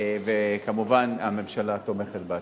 וכמובן הממשלה תומכת בהצעה.